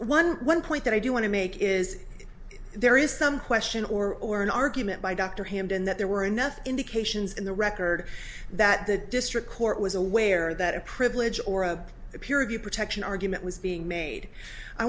one one point that i do want to make is there is some question or or an argument by dr hamdan that there were enough indications in the record that the district court was aware that a privilege or a peer review protection argument was being made i